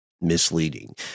misleading